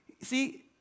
See